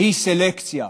והיא "סלקציה".